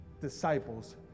disciples